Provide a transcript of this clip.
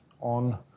on